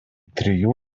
trijų